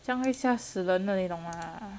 这样会吓死人的你懂吗